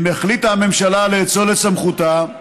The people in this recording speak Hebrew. אם החליטה הממשלה לאצול את סמכותה,